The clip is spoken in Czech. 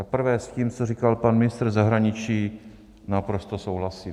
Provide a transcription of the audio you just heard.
Za prvé, s tím, co říkal pan ministr zahraničí, naprosto souhlasím.